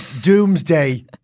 doomsday